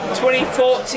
2014